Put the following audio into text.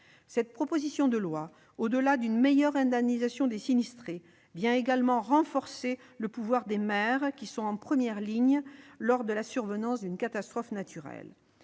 Cette proposition de loi, au-delà d'une meilleure indemnisation des sinistrés, prévoit également de renforcer le pouvoir des maires, qui sont en première ligne lorsque survient une catastrophe naturelle.